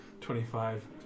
twenty-five